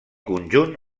conjunt